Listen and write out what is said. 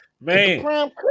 Man